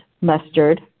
mustard